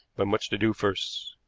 but much to do first.